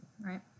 right